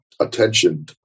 attention